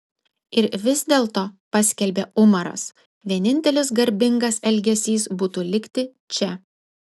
ir vis dėlto paskelbė umaras vienintelis garbingas elgesys būtų likti čia